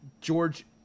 George